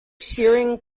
shearing